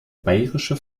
bayerische